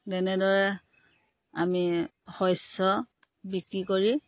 তেনেদৰে আমি শস্য বিক্ৰী কৰি